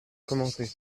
commencer